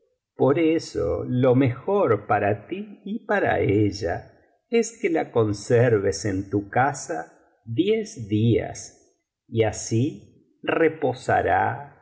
por eso lo mejor para ti y para ella es que la conserves en tu casa diez días y así reposará